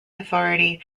authority